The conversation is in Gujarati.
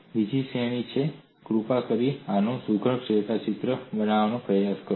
બીજી શ્રેણી છે કૃપા કરીને આનો સુઘડ રેખાચિત્ર બનાવવાનો પ્રયાસ કરો